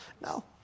No